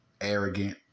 arrogant